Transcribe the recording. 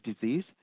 disease